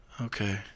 Okay